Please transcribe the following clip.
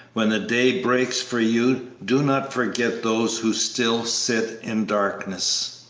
when the day breaks for you do not forget those who still sit in darkness!